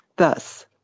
Thus